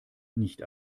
nicht